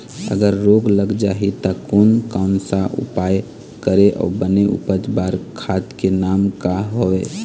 अगर रोग लग जाही ता कोन कौन सा उपाय करें अउ बने उपज बार खाद के नाम का हवे?